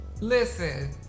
Listen